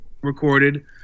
recorded